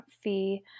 fee